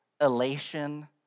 elation